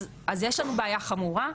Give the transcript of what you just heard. אז יש לנו בעיה חמורה.